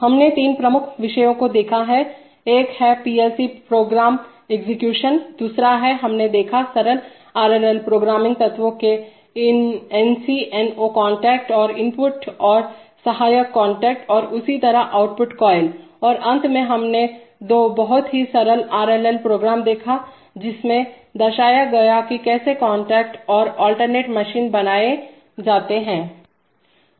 हमने तीन प्रमुख विषयों को देखा है एक है पीएलसी प्रोग्राम एग्जीक्यूशन दूसरा हैहमने देखा सरल आरएलएल प्रोग्रामिंग तत्व के N C N O contact और इनपुट और सहायक कांटेक्ट और उसी तरह आउटपुट कॉइल और अंत में हमने दो बहुत ही सरल आर एल एल प्रोग्राम देखा जिसमें दर्शाया गया की कैसे इंटरलॉक और अल्टरनेट मोशन बनाएं जाते है